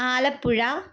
Alappuzha